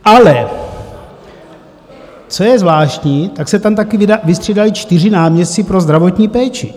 Ale co je zvláštní, tak se tam také vystřídali čtyři náměstci pro zdravotní péči.